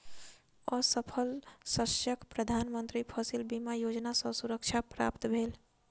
असफल शस्यक प्रधान मंत्री फसिल बीमा योजना सॅ सुरक्षा प्राप्त भेल